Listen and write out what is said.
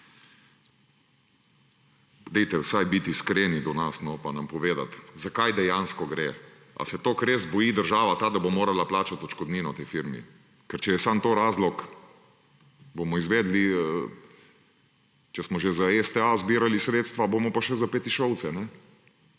dajte vsaj biti iskreni do nas in nam povedati, no, za kaj dejansko gre. Ali se toliko res boji država ta, da bo morala plačati odškodnino tej firmi? Ker če je samo to razlog, bomo izvedli, če smo že za STA zbirali sredstva, bomo pa še za Petišovce